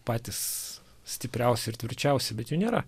patys stipriausi ir tvirčiausi bet jų nėra